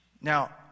Now